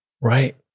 Right